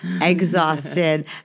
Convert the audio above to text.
exhausted